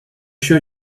sure